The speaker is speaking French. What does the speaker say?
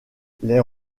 les